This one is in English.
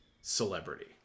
celebrity